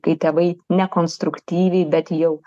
kai tėvai ne konstruktyviai bet jau